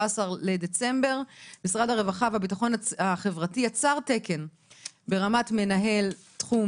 בדצמבר: "משרד הרווחה והביטחון החברתי יצר תקן ברמת מנהל תחום,